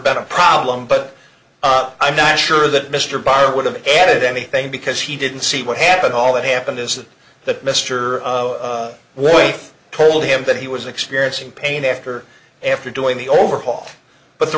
been a problem but i'm not sure that mr baez would have added anything because he didn't see what happened all that happened is that mr wood told him that he was experiencing pain after after doing the overhaul but the